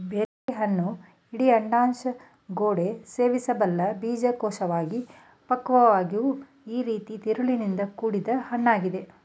ಬೆರ್ರಿಹಣ್ಣು ಇಡೀ ಅಂಡಾಶಯಗೋಡೆ ಸೇವಿಸಬಲ್ಲ ಬೀಜಕೋಶವಾಗಿ ಪಕ್ವವಾಗೊ ರೀತಿ ತಿರುಳಿಂದ ಕೂಡಿದ್ ಹಣ್ಣಾಗಿದೆ